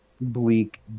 bleak